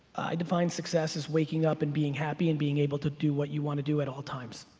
i define success as waking up and being happy and being able to do what you want to do at all times.